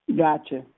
Gotcha